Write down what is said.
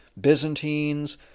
Byzantines